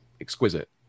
exquisite